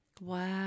Wow